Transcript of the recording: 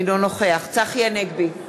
אינו נוכח צחי הנגבי,